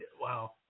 wow